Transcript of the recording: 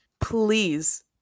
please